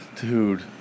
Dude